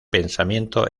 pensamiento